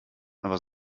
aber